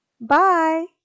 bye